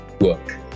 work